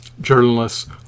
Journalists